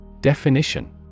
Definition